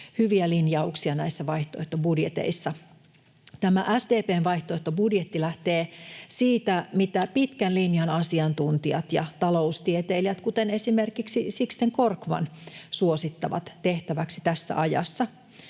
hyviä linjauksia näissä vaihtoehtobudjeteissa. Tämä SDP:n vaihtoehtobudjetti lähtee siitä, mitä pitkän linjan asiantuntijat ja taloustieteilijät, kuten esimerkiksi Sixten Korkman, suosittavat tehtäväksi tässä ajassa.